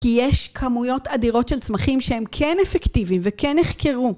כי יש כמויות אדירות של צמחים שהם כן אפקטיביים וכן נחקרו.